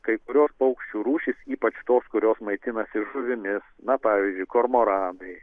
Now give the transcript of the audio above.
kai kurios paukščių rūšys ypač tos kurios maitinasi žuvimis na pavyzdžiui kormoranai